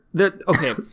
Okay